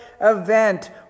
event